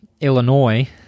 Illinois